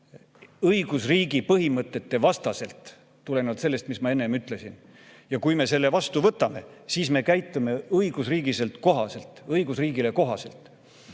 õigusriigi põhimõtete vastaselt, tulenevalt sellest, mis ma enne ütlesin. Ja kui me selle vastu võtame, siis me käitume õigusriigile kohaselt,